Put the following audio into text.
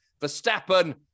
verstappen